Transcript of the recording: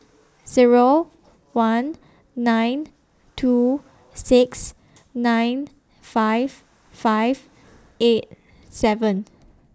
Zero one nine two six nine five five eight seven